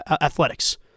athletics